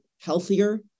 healthier